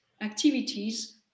activities